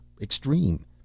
extreme